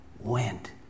went